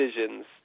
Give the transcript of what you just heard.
decisions